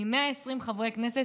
מ-120 חברי הכנסת,